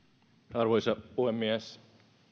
arvoisa puhemies